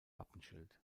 wappenschild